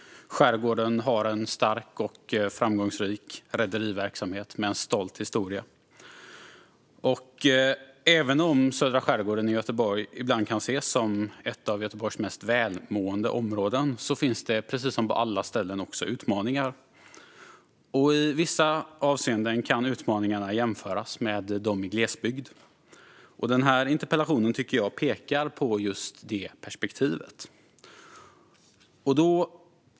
Skärgården har en stark och framgångsrik rederiverksamhet med en stolt historia. Även om södra skärgården i Göteborg ibland kan ses som ett av Göteborgs mest välmående områden finns det, precis som på alla ställen, också utmaningar. I vissa avseenden kan utmaningarna jämföras med de i glesbygd, och den här interpellationen tycker jag pekar på just det perspektivet.